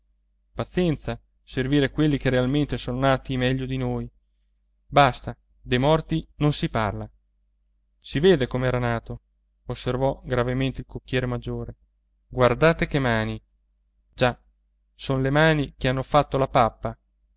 pazienza servire quelli che realmente son nati meglio di noi basta dei morti non si parla si vede com'era nato osservò gravemente il cocchiere maggiore guardate che mani già son le mani che hanno fatto la pappa